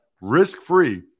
risk-free